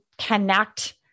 connect